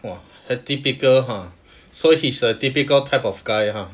!wah! 很 typical !huh! so he's a typical type of guy !huh!